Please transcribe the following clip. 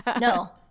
No